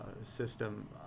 system